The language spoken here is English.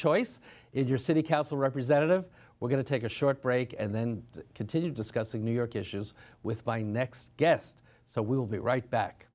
choice in your city council representative we're going to take a short break and then continue discussing new york issues with my next guest so we will be right back